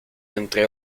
entre